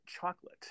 chocolate